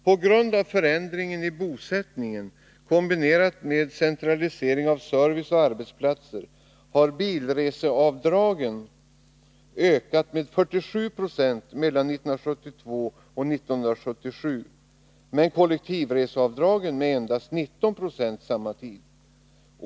På grund av förändringar i bosättningen kombinerat med centralisering av service och arbetsplatser har bilreseavdragen ökat med 47 96 mellan 1972 och 1977, men kollektivreseavdragen har ökat med endast 19 26 under samma tid.